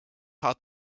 had